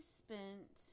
spent